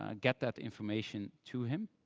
ah get that information to him.